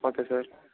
okay sir